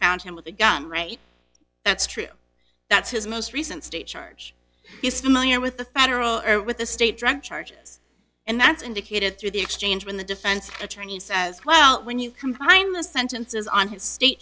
found him with a gun right that's true that's his most recent state charge he's familiar with the federal or with the state drug charges and that's indicated through the exchange with the defense attorneys as well when you combine the sentences on his state